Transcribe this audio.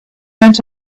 went